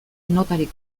notarik